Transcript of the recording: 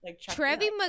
trevi